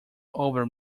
over